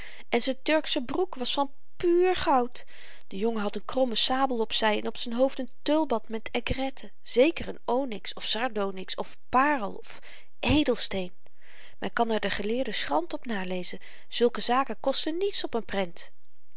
en z'n turksche broek was van puur goud de jongen had n krommen sabel op zy en op z'n hoofd n tulband met aigrette zeker n onix of sardonix of paarl of edelsteen men kan er den geleerden schrant op nalezen zulke zaken kosten niets op n prent